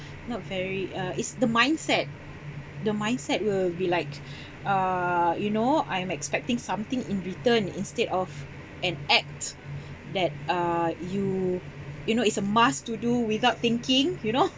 not very uh it's the mindset the mindset will be like uh you know I am expecting something in return instead of an act that uh you you know it's a must to do without thinking you know